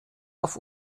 auf